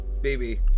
baby